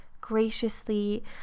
graciously